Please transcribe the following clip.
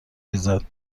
ریزد